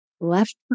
left